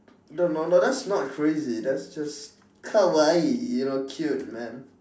no no no that's not crazy that's just kawaii you know cute man